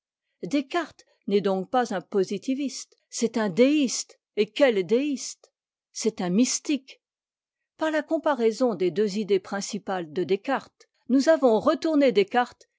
descartes n'est donc pas un positiviste c'est un déiste et quel déiste c'est un mystique par la comparaison des deux idées principales de descartes nous avons retourné descartes